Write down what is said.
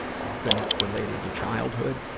often related to childhood.